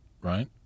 right